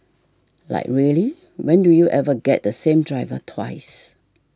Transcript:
like really when do you ever get the same driver twice